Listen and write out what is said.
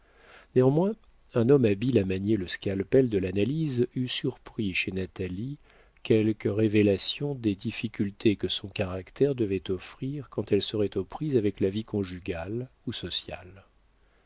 néanmoins un homme habile à manier le scalpel de l'analyse eût surpris chez natalie quelque révélation des difficultés que son caractère devait offrir quand elle serait aux prises avec la vie conjugale ou sociale